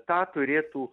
tą turėtų